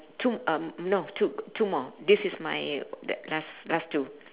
two um no two two more this is my th~ last last two